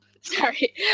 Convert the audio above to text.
Sorry